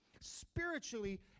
spiritually